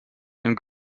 and